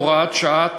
הוראת שעה),